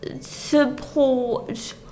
support